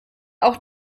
auch